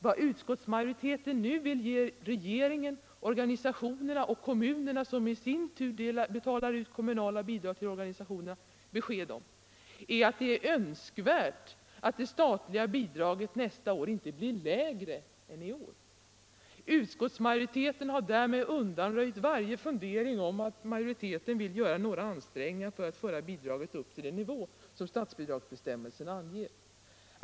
Vad utskottsmajoriteten nu vill ge regeringen, organisationerna och kommunerna, som i sin tur betalar ut kommunala bidrag till organisationerna, besked om är att det är önskvärt att det statliga bidraget nästa år inte blir lägre än i år. Utskottsmajoriteten har därmed undanröjt varje misstanke om att majoriteten vill göra några ansträngningar för att föra bidraget upp till den nivå som statsbidragsbestämmelserna anger.